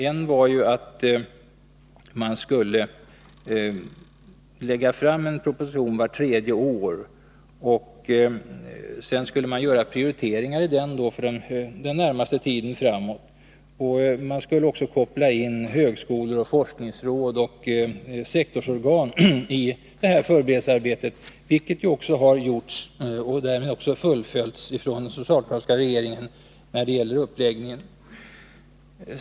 En var ju att man skulle lägga fram en proposition vart tredje år, och sedan skulle man göra prioriteringar i den för den närmaste tiden framåt. Man skulle vidare koppla in högskolor, forskningsråd och sektorsorgan i förberedelsearbetet, vilket också har gjorts. Därmed har den socialdemokratiska regeringen fullföljt uppläggningen.